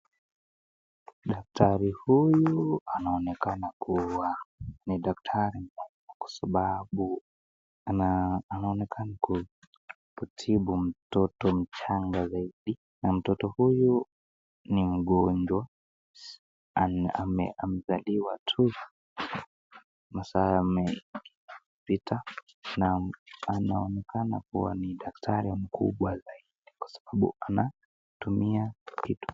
Daktari huyu anaonekana kuwa ni daktari kwa sababu ana anaonekana kutibu mtoto mchanga zaidi na mtoto huyu ni mgongwa an ame amezaliwa tu masaa yamepita na anaonekana kuwa ni daktari mkubwa zaidi kwa sababu anatumia kitu.